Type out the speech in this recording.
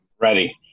ready